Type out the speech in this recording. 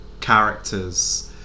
characters